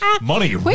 Money